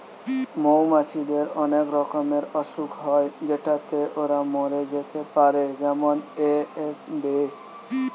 মৌমাছিদের অনেক রকমের অসুখ হয় যেটাতে ওরা মরে যেতে পারে যেমন এ.এফ.বি